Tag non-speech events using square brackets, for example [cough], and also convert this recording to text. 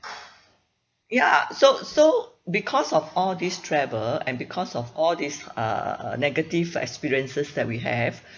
y so so because of all these travel and because of all this err err negative experiences that we have [breath]